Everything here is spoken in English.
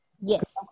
yes